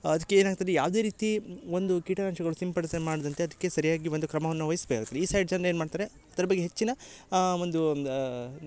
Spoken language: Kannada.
ಅದ್ಕೆ ಏನಾಗ್ತದೆ ಯಾವುದೇ ರೀತಿ ಒಂದು ಕೀಟನಾಶಕಗಳು ಸಿಂಪಡಿಸೆ ಮಾಡ್ದಂತೆ ಅದ್ಕೆ ಸರಿಯಾಗಿ ಒಂದು ಕ್ರಮವನ್ನ ವಹಿಸ್ಬೇಕು ಈ ಸೈಡ್ ಜನ್ರು ಏನು ಮಾಡ್ತಾರೆ ಅದ್ರ ಬಗ್ಗೆ ಹೆಚ್ಚಿನ ಒಂದು ಒಂದು